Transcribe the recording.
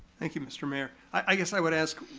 thank you mister mayor. i guess i would ask,